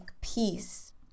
peace